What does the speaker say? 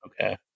Okay